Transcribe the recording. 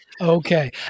Okay